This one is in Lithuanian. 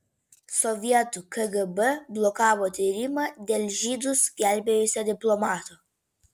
sovietų kgb blokavo tyrimą dėl žydus gelbėjusio diplomato